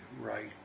right